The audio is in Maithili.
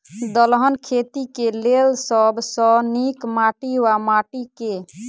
दलहन खेती केँ लेल सब सऽ नीक माटि वा माटि केँ?